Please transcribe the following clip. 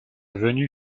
venue